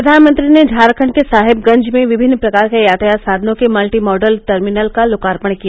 प्रधानमंत्री ने झारखंड के साहेबगंज में विभिन्न प्रकार के यातायात साधनों के मल्टी मॉडल टर्मिनल का लोकार्पण किया